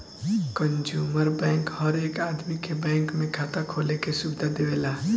consumer bank हर एक आदमी के बैंक में खाता खोले के सुविधा देवेला